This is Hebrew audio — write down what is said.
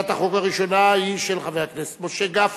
הצעת החוק היא של חבר הכנסת משה גפני,